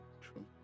True